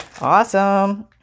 Awesome